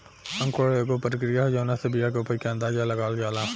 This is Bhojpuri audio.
अंकुरण एगो प्रक्रिया ह जावना से बिया के उपज के अंदाज़ा लगावल जाला